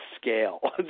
scale